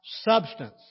substance